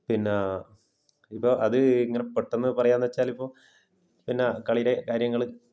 പിന്നെ ഇപ്പോൾ അത് ഇങ്ങനെ പെട്ടെന്ന് പറയാമെന്ന് വച്ചാൽ ഇപ്പോൾ പിന്നെ കളിയിലെ കാര്യങ്ങൾ